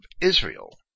Israel